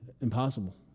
Impossible